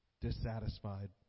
dissatisfied